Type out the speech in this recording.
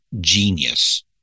genius